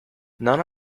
none